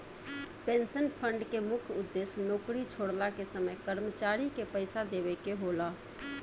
pension fund के मुख्य उद्देश्य नौकरी छोड़ला के समय कर्मचारी के पइसा देवेके होला